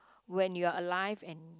when you are alive and